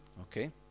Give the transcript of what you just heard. Okay